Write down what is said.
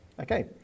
Okay